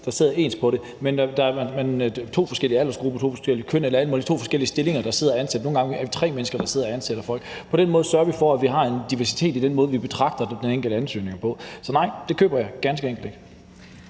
der ser ens på det, men at man har to forskellige aldersgrupper, to forskellige køn eller alt muligt andet, f.eks. to forskellige stillinger, der sidder og ansætter. Nogle gange er man tre mennesker, der sidder og ansætter folk. På den måde sørger man for, at man har en diversitet i den måde, man betragter den enkelte ansøgning på. Så nej, det køber jeg ganske enkelt ikke.